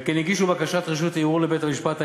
וכן הגישו בקשת רשות ערעור לבית-המשפט העליון,